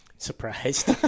Surprised